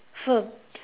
firm